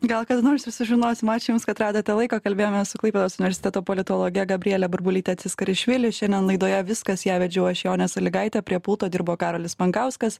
gal kada nors ir sužinosim ačiū jums kad radote laiko kalbėjomės su klaipėdos universiteto politologe gabriele burbulyte ciskarišvili šiandien laidoje viskas ją vedžiau aš jonė salygaitė prie pulto dirbo karolis pankauskas